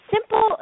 Simple